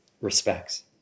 respects